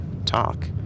talk